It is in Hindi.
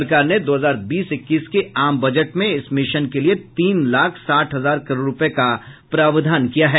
सरकार ने दो हजार बीस इक्कीस के आम बजट में इस मिशन के लिये तीन लाख साठ हजार करोड़ रूपये का प्रावधान किया है